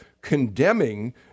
condemning